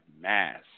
Mass